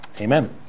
Amen